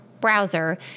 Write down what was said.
browser